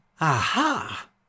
Aha